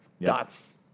dots